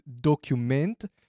document